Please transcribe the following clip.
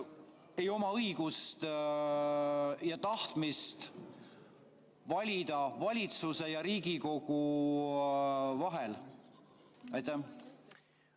ei oma õigust ja tahtmist valida valitsuse ja Riigikogu vahel? Aitäh,